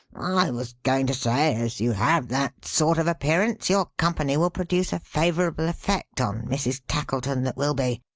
i was going to say, as you have that sort of appearance, your company will produce a favorable effect on mrs. tackleton that will be.